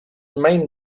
main